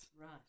Right